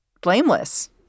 blameless